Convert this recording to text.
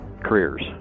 careers